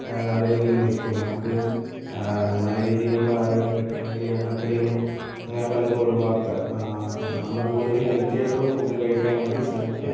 നല്ല രീതിയില് നിൽക്കും നമുക്ക് നല്ല രീതിയിലുള്ള ആരോഗ്യം കിട്ടുകയാണെങ്കിൽ എണ്ണക്കടികളും അങ്ങനെ പലതും ഒഴിവാക്കുക നമ്മള് കൂടുതലും ഹെൽത്തി ആയിട്ടുള്ള ഫുഡ് കഴിക്കാൻ വേണ്ടി ശ്രമിക്കുക